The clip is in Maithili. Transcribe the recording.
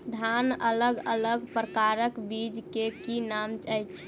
धान अलग अलग प्रकारक बीज केँ की नाम अछि?